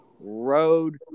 road